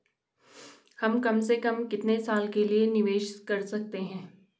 हम कम से कम कितने साल के लिए निवेश कर सकते हैं?